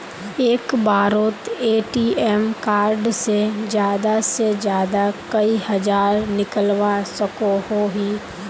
एक बारोत ATM card से ज्यादा से ज्यादा कई हजार निकलवा सकोहो ही?